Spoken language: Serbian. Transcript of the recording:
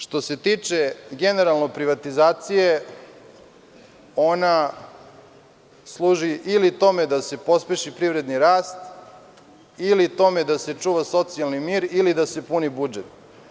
Što se tiče privatizacije, ona služi ili tome da se pospeši privredni rast ili tome da se čuva socijalni mir ili da se puni budžet.